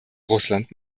russland